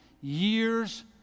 years